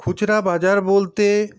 খুচরা বাজার বলতে